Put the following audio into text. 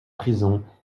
prisons